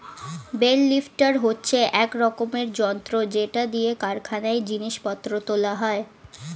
bell lifter হচ্ছে এক রকমের যন্ত্র যেটা দিয়ে কারখানায় জিনিস পত্র তোলা হয়